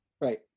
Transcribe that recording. Right